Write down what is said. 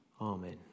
Amen